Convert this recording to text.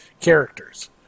characters